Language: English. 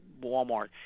Walmart